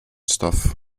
stuff